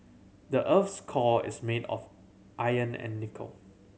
the earth's core is made of iron and nickel